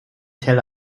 tel